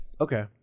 okay